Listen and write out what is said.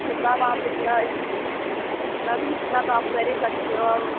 میم آپ اتنا میم اتنا تو آپ کر ہی سکتے ہو